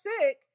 sick